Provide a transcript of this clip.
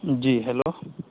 جی hello